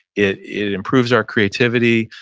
it it improves our creativity.